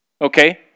okay